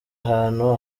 ahantu